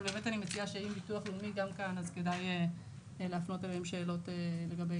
אבל באמת אני מציעה להפנות לביטוח הלאומי את השאלות האלה.